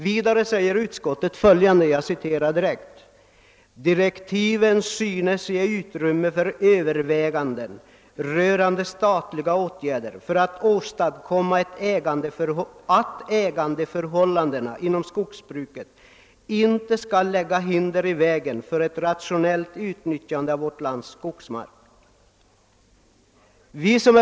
Och utskottet säger självt att »direktiven synes ge utrymme för överväganden rörande statliga åtgärder för att åstadkomma att ägandeförhållandena inom skogsbruket inte skall lägga hinder i vägen för ett rationellt utnyttjande av vårt lands skogsmark».